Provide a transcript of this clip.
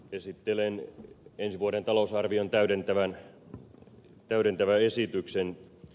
esittelen ensi vuoden talousarvion täydentävän esityksen